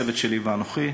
הצוות שלי ואנוכי,